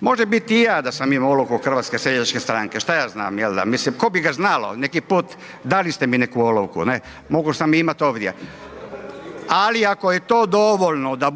Može biti i ja da sam imao olovku HSS-a, šta ja znam jel da, mislim tko bi ga znao, neki put dali ste mi neku olovku mogo sam ju imat ovdje. Ali ako je to dovoljno da